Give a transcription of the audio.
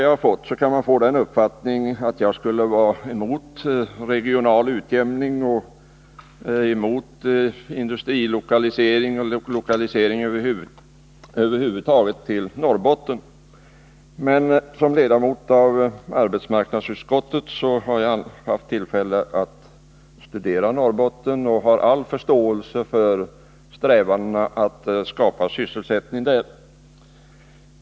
Av svaret kan man få uppfattningen att jag skulle vara emot regional utjämning och emot industrilokalisering och lokalisering över huvud taget till Norrbotten. Som ledamot av arbetsmarknadsutskottet har jag emellertid haft tillfälle att studera Norrbotten, och jag har all förståelse för strävandena att skapa sysselsättning där.